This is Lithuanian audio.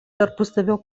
tarpusavio